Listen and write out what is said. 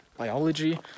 Biology